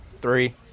three